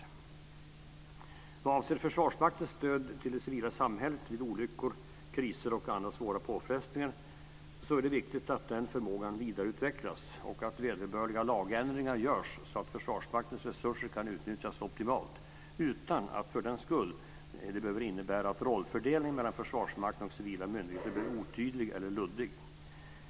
Vad avser Försvarsmaktens stöd till det civila samhället vid olyckor, kriser och andra svåra påfrestningar så är det viktigt att den förmågan vidareutvecklas och att vederbörliga lagändringar görs så att Försvarsmaktens resurser kan utnyttjas optimalt utan att det för den skull innebär att rollfördelningen mellan Försvarsmakten och civila myndigheter blir otydlig och luddig.